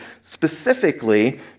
specifically